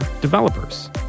developers